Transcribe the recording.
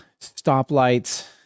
stoplights